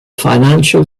financial